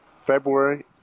February